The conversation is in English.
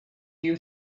you